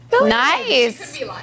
Nice